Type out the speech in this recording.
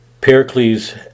Pericles